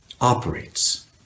operates